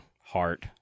heart